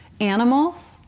Animals